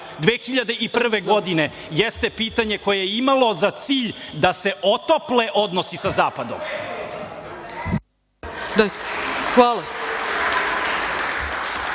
2001. godine jeste pitanje koje je imalo za cilj da se otople odnosi sa Zapadom.